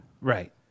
Right